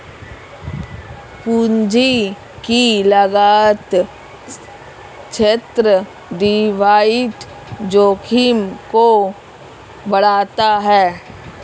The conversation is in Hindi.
पूंजी की लागत ऋण डिफ़ॉल्ट जोखिम को बढ़ाता है